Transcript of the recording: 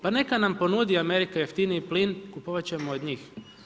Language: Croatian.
Pa neka nam ponudi Amerika jeftiniji plin, kupovat ćemo od njih.